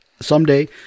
Someday